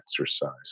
Exercise